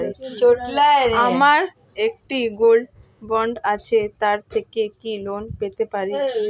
আমার একটি gold bond আছে তার থেকে কি লোন পেতে পারি?